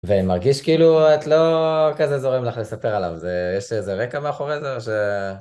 ומרגיש כאילו את לא כזה זורם לך לספר עליו, יש איזה רקע מאחורי זה או ש...